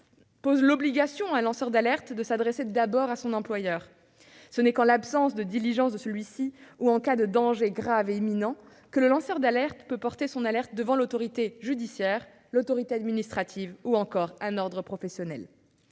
fait obligation à un lanceur d'alerte de s'adresser d'abord à son employeur. Ce n'est qu'en l'absence de diligences de ce dernier ou en cas de danger grave et imminent que le lanceur d'alerte peut porter son alerte devant l'autorité judiciaire, l'autorité administrative ou un ordre professionnel.